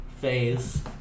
phase